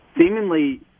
seemingly